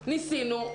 ניסינו,